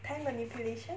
time manipulation